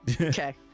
okay